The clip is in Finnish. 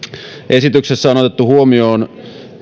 esityksessä on otettu huomioon